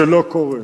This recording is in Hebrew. זה לא קורה.